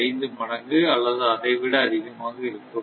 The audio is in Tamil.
5 மடங்கு அல்லது அதை விட அதிகமாக இருக்கும்